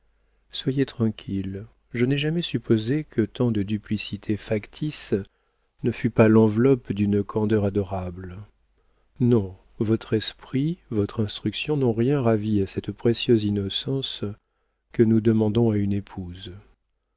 soyez tranquille je n'ai jamais supposé que tant de duplicité factice ne fût pas l'enveloppe d'une candeur adorable non votre esprit votre instruction n'ont rien ravi à cette précieuse innocence que nous demandons à une épouse